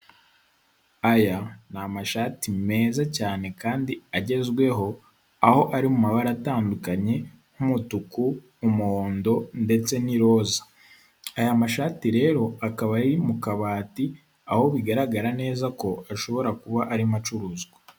Aya ni amashati meza cyane kandi agezweho, aho ari mu mabara atandukanye, nk'umutuku, umuhondo ndetse n'iroza, aya mashati rero akaba ari mu kabati ,aho bigaragara neza ko ashobora kuba arimo acuruzwa.